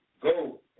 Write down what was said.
go